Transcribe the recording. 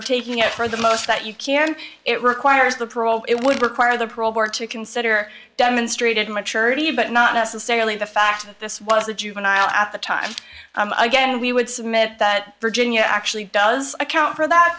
of taking it for the most that you can it requires the parole it would require the parole board to consider demonstrated maturity but not necessarily the fact that this was a juvenile at the time again we would submit that virginia actually does account for that